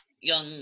young